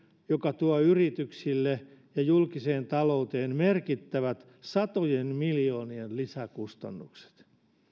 joka tuo yrityksille ja julkiseen talouteen merkittävät satojen miljoonien lisäkustannukset